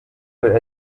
good